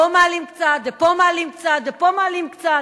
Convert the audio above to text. פה מעלים קצת ופה מעלים קצת ופה מעלים קצת.